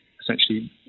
essentially